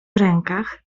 rękach